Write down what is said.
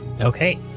Okay